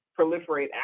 proliferate